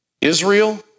Israel